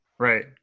Right